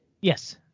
Yes